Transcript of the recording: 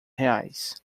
reais